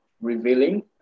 revealing